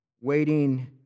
Waiting